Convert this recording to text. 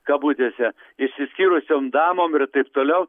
kabutėse išsiskyrusiom damom ir taip toliau